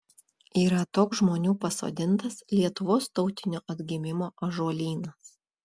yra toks žmonių pasodintas lietuvos tautinio atgimimo ąžuolynas